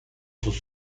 sus